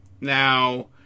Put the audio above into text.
Now